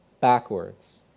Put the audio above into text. backwards